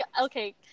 okay